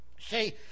See